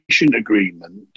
agreement